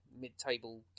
mid-table